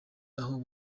aho